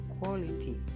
quality